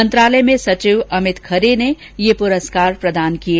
मंत्रालय में सचिव अमित खरे ने यह पुरस्कार प्रदान किए